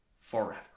forever